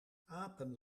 apen